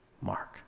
Mark